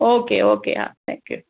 okay okay हा thank you